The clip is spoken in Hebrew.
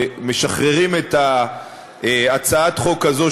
משחררים את הצעת החוק הזאת,